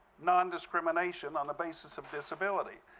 nondiscrimination on the basis of disability.